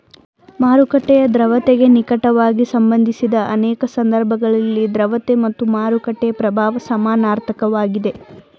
ಮಾರುಕಟ್ಟೆಯ ದ್ರವ್ಯತೆಗೆ ನಿಕಟವಾಗಿ ಸಂಬಂಧಿಸಿದ ಅನೇಕ ಸಂದರ್ಭದಲ್ಲಿ ದ್ರವತೆ ಮತ್ತು ಮಾರುಕಟ್ಟೆ ಪ್ರಭಾವ ಸಮನಾರ್ಥಕ ವಾಗಿದೆ